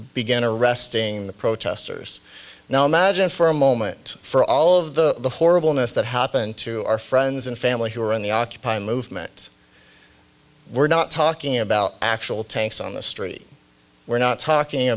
begin arresting the protesters now imagine for a moment for all of the horribleness that happened to our friends and family who are in the occupy movement we're not talking about actual tanks on the street we're not talking